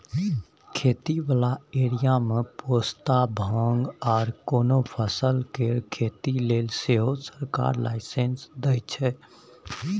खेती बला एरिया मे पोस्ता, भांग आर कोनो फसल केर खेती लेले सेहो सरकार लाइसेंस दइ छै